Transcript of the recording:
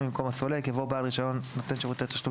יבוא "לבעל רישיון נותן שירתי תשלום